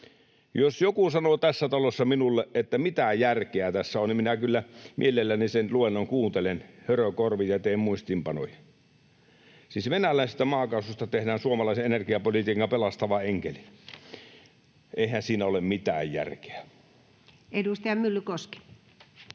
Jos joku sanoo tässä talossa minulle, mitä järkeä tässä on, niin minä kyllä mielelläni sen luennon kuuntelen hörökorvin ja teen muistiinpanoja. Siis venäläisestä maakaasusta tehdään suomalaisen energiapolitiikan pelastava enkeli. Eihän siinä ole mitään järkeä. [Speech 259]